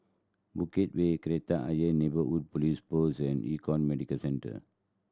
Bukit Way Kreta Ayer Neighbourhood Police Post and Econ Medicare Centre